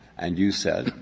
and you said,